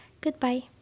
Goodbye